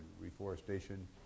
reforestation